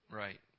right